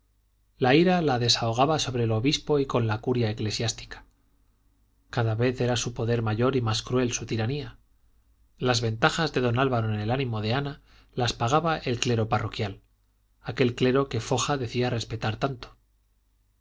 la ira la desahogaba sobre el obispo y con la curia eclesiástica cada vez era su poder mayor y más cruel su tiranía las ventajas de don álvaro en el ánimo de ana las pagaba el clero parroquial aquel clero que foja decía respetar tanto